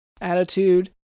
attitude